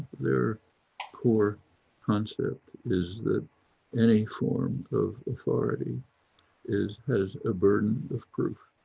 their core concept is that any form of authority is has a burden of proof.